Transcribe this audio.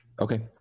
okay